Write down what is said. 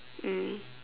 mm